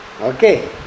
Okay